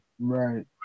right